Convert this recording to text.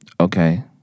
Okay